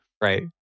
Right